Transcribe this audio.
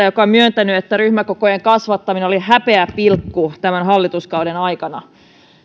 joka on myöntänyt että ryhmäkokojen kasvattaminen oli häpeäpilkku tämän hallituskauden aikana